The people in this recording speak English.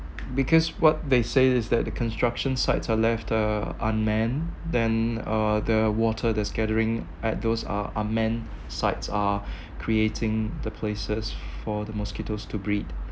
because what they say is that the construction sites are left uh unmanned then uh the water that's gathering at those uh unmanned sites are creating the places for the mosquitoes to breed